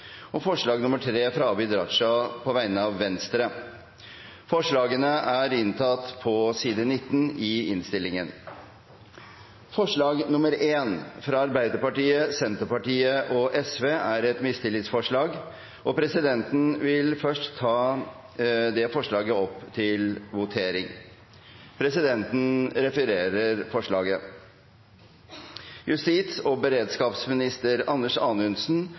forslag nr. 3, fra Abid Q. Raja på vegne av Venstre Forslag nr. 1, fra Arbeiderpartiet, Senterpartiet og Sosialistisk Venstreparti, er et mistillitsforslag. Presidenten vil først ta dette forslaget opp til votering. Forslaget lyder: «Justis- og beredskapsminister Anders